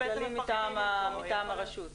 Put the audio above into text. מטעם הרשות.